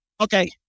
Okay